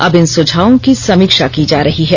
अब इन सुझावों की समीक्षा की जा रही है